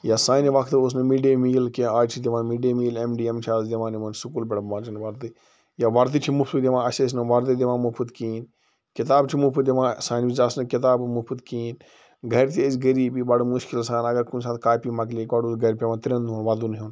یا سانہِ وقتہٕ اوس نہٕ مِڈ ڈے میٖل کیٚنٛہہ آز چھِ دِوان mid day meal M D M آز دِوان یِمَن سکوٗل پٮ۪ٹھ بَچیٚن وردی یا وَردی چھِ مُفت دوان اسہِ ٲسۍ نہٕ وَردی دِوان مُفت کِہیٖنۍ کِتابہٕ چھِ مُفت دِوان سانہِ وِزۍ آسہٕ نہٕ کِتابہٕ مُفت کِہیٖنۍ گھرِ تہِ ٲسۍ غریٖبی بَڑٕ مشکل سان اگر کُنہِ ساتہٕ کاپی مۄکلے گۄڈٕ اوس گھرِ پیٚوان ترٛیٚن دۄہن وَدُن ہیٛون